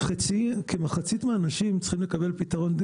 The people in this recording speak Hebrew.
כמחצית מהאנשים צריכים לקבל פתרון,